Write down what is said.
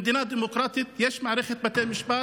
במדינה דמוקרטית יש מערכת בתי משפט,